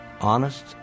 honest